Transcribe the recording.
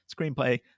screenplay